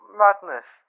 madness